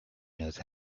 knows